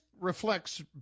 reflects